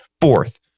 fourth